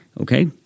Okay